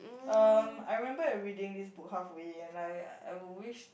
um I remember I reading this book half of it and like I would wish